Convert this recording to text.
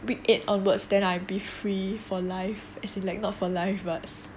week eight onwards then I will be free for life as in like not for life but